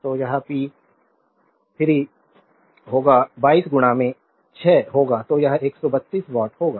तो यह पी 3 होगा 22 6 होगा तो यह 132 वाट होगा